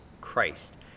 Christ